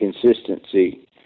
consistency